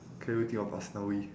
can only think of aslawi